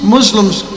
Muslims